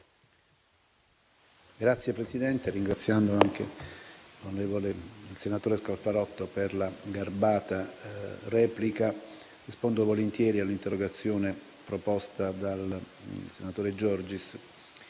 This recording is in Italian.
Signor Presidente, ringrazio anche il senatore Scalfarotto per la garbata replica e rispondo volentieri all'interrogazione proposta dal senatore Giorgis.